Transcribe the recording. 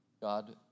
God